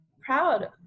proud